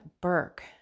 Burke